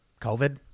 COVID